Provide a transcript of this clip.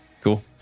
Cool